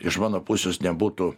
iš mano pusės nebūtų